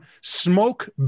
smoke